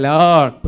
Lord